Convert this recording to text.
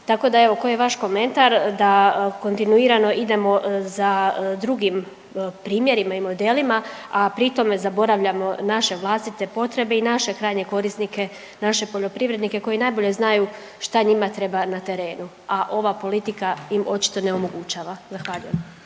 Tako da evo koji je vaš komentar da kontinuirano idemo za drugim primjerima i modelima, a pri tome zaboravljamo naše vlastite potrebe i naše krajnje korisnike, naše poljoprivrednike koji najbolje znaju šta njima treba na terenu, a ova politika im očito ne omogućava. Zahvaljujem.